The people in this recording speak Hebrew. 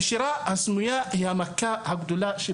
הנשירה הסמויה היא המכה הרצינית ביותר